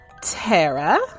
Tara